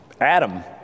Adam